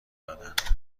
دادند